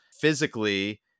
physically